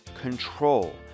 control